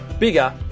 bigger